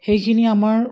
সেইখিনি আমাৰ